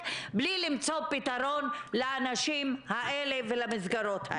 בלי למצוא פתרון לאנשים האלה ולמסגרות האלה.